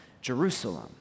Jerusalem